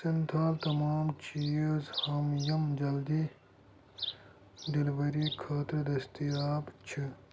سِنتھال تمام چیٖز ہاو یِم جلدی ڈیلیوری خٲطرٕ دٔستیاب چھِ